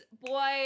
boy